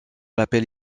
l’appel